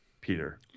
Peter